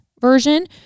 version